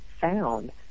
found